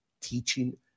teaching